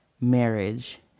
marriage